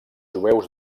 jueus